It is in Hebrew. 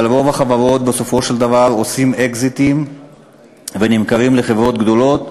אבל רוב החברות בסופו של דבר עושים אקזיטים ונמכרות לחברות גדולות,